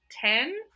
ten